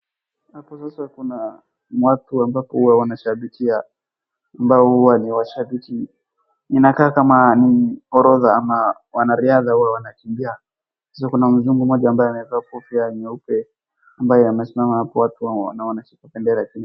Hapo sasa kuna watu ambapo huwa wanshabikia ambao huwa ni washabiki. Inakaa kama ni orodha ama wanariadha huwa wanakimbia. Nje kuna mzungu mmoja ambaye amevaa kofia nyeupe ambaye amesimama hapo watu wanaonesha bendera ya Kenya.